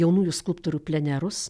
jaunųjų skulptorių plenerus